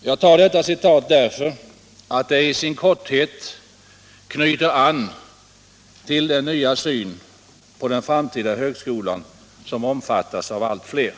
Jag tar detta citat därför att det i sin korthet knyter an till den nya syn på den framtida högskolan som omfattas av allt fler.